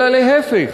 אלא להפך,